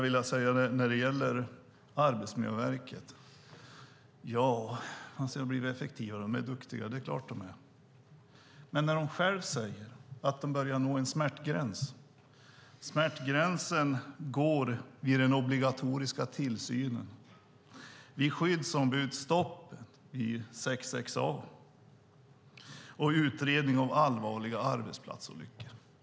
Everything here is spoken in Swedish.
Det sades att Arbetsmiljöverket blivit effektivare och är duktiga. Ja, det är klart att de är, men de säger själva att de börjar nå en smärtgräns och att den smärtgränsen går vid den obligatoriska tillsynen, vid skyddsombudsstoppen - 6:6a - och vid utredningen av allvarliga arbetsplatsolyckor.